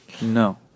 No